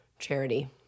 Charity